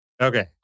Okay